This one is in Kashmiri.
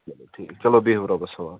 چلو ٹھیٖک چلو بِہِو رۄبس حوال